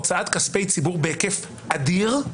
הוצאת כספי ציבור בהיקף אדיר,